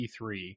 P3